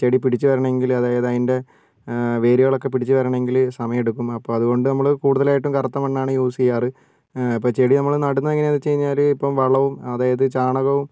ചെടി പിടിച്ചു വരണമെങ്കിൽ അതായത് അതിൻ്റെ വേരുകളൊക്ക പിടിച്ചു വരണമെങ്കിൽ സമയം എടുക്കും അപ്പോൾ അതുകൊണ്ട് നമ്മൾ കൂടുതലായിട്ടും കറുത്ത മണ്ണാണ് യൂസ് ചെയ്യാറ് അപ്പോൾ ചെടി നമ്മൾ നടുന്നത് എങ്ങനെയാണെന്ന് വെച്ച് കഴിഞ്ഞാൽ ഇപ്പം വളവും അതായത് ചാണകവും